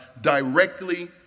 directly